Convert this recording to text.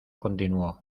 continuó